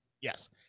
yes